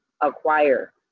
acquire